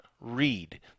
read